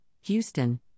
Houston